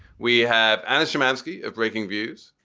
we have alicia mansky of breakingviews.